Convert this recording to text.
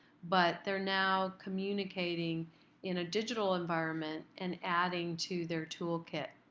but they're now communicating in a digital environment and adding to their toolkit.